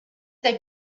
they